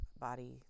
body